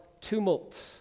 tumult